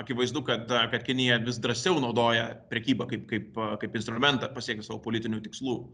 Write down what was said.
akivaizdu kad kad kinija vis drąsiau naudoja prekybą kaip kaip kaip instrumentą pasiekti savo politinių tikslų